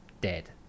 dead